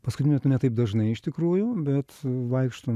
paskutiniu metu ne taip dažnai iš tikrųjų bet vaikštom